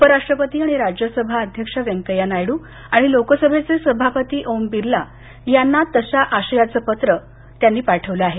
उपराष्ट्रपती आणि राज्यसभा अध्यक्ष वेंकय्या नायडू आणि लोकसभेचे सभापती ओम बिर्ला यांना तशा आशयाचं पत्र त्यांनी पाठवलं आहे